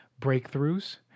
breakthroughs